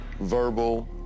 verbal